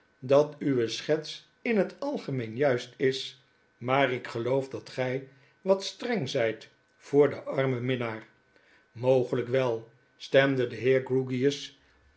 dat uwe schets inhetalgemeenjuistis maar ik gel oof dat gy wat streng zijt voor den armen minnaar mogelijk wel stemde de heer